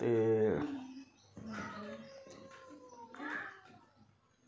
ते